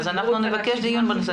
אנחנו נבקש דיון בנושא.